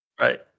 Right